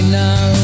now